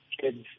kids